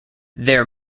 their